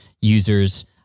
users